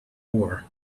war